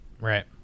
Right